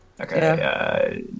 Okay